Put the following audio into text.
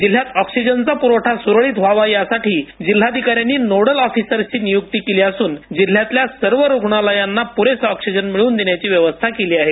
जिल्ह्यात ऑक्सिजनचा प्रवठा सूरळीत व्हावा यासाठी जिल्हाधिकाऱ्यांनी नोडल अधनियुक्ती केली असून जिल्ह्यातील सर्व रुग्णालयांना पुरेसा ऑक्सिजन मिळवून देण्याची व्यवस्था केली आहे